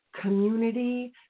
community